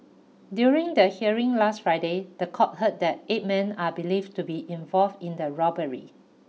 during the hearing last Friday the court heard that eight men are believed to be involved in the robbery